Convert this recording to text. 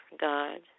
God